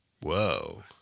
Whoa